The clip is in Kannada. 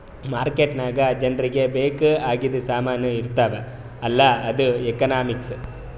ಮಾರ್ಕೆಟ್ ನಾಗ್ ಜನರಿಗ ಬೇಕ್ ಆಗಿದು ಸಾಮಾನ್ ಇರ್ತಾವ ಅಲ್ಲ ಅದು ಎಕನಾಮಿಕ್ಸ್